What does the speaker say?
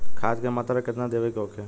खाध के मात्रा केतना देवे के होखे?